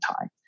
time